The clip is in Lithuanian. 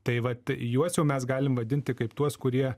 tai vat juos jau mes galim vadinti kaip tuos kurie